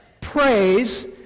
praise